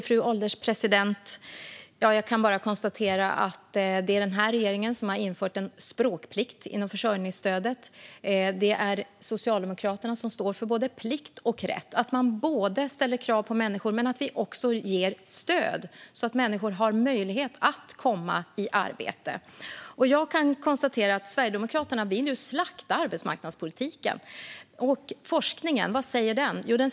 Fru ålderspresident! Jag kan bara konstatera att det är denna regering som har infört en språkplikt inom försörjningsstödet. Socialdemokraterna står för både plikt och rätt, att man både ställer krav på människor och ger stöd så att människor har möjlighet att komma i arbete. Sverigedemokraterna vill ju slakta arbetsmarknadspolitiken. Men vad säger forskningen?